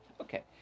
Okay